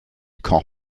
cop